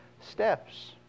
steps